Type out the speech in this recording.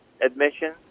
admission